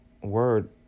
word